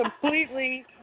completely